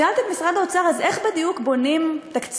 שאלתי את משרד האוצר: אז איך בדיוק בונים תקציב,